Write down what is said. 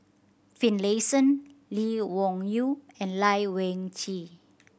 Finlayson Lee Wung Yew and Lai Weijie